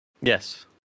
yes